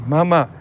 Mama